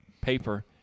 paper